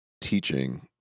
teaching